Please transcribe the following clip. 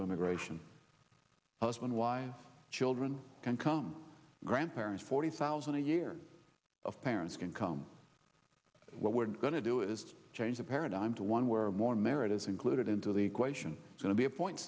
to immigration usman wives children can come grandparents forty thousand a year of parents can come what we're going to do is change the paradigm to one where more merit is included into the equation is going to be a point